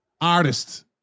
artist